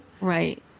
Right